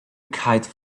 kite